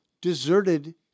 deserted